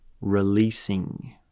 releasing